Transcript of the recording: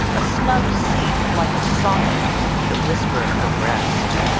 a snug seat like a socket that whispered of rest.